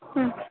ಹ್ಞೂ